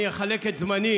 חברים, אני אחלק את זמני,